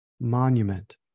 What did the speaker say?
monument